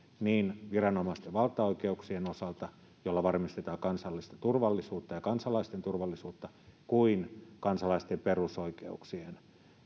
niin viranomaisten valtaoikeuksien osalta joilla varmistetaan kansallista turvallisuutta ja kansalaisten turvallisuutta kuin kansalaisten perusoikeuksien